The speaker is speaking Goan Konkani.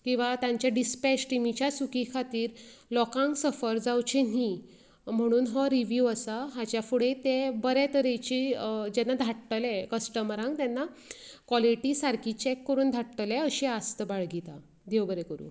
किंवां तांचे डिस्पॅच टिमीच्या चुकी खातीर लोकांक सफर जावचें न्ही म्हणून हो रिव्हीव आसा हाज्या फुडे ते बरें तरेची जेन्ना धाडटले कस्टमरांक तेन्ना काॅलेटी सारकी चॅक करून धाडटले अशी आस्त बाळगीतां देव बरें करूं